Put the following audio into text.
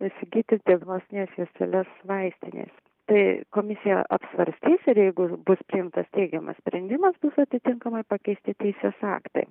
įsigyti diagnostines juosteles vaistinėse tai komisija apsvarstys ir jeigu bus priimtas teigiamas sprendimas bus atitinkamai pakeisti teisės aktai